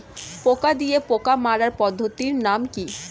পোকা দিয়ে পোকা মারার পদ্ধতির নাম কি?